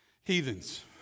Heathens